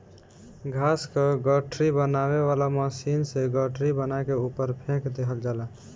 घास क गठरी बनावे वाला मशीन से गठरी बना के ऊपर फेंक देहल जाला